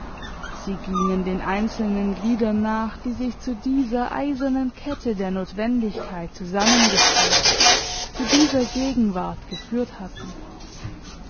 sie gingen den einzelnen gliedern nach die sich zu dieser eisernen kette der notwendigkeit zusammengefügt zu dieser gegenwart geführt hatten